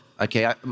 okay